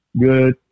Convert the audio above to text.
Good